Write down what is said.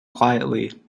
quietly